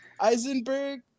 eisenberg